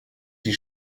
die